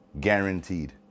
guaranteed